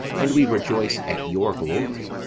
and we rejoice at yonr glory.